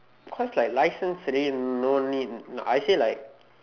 cause like license already no need I say like